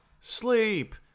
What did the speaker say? sleep